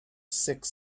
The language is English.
six